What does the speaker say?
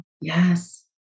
Yes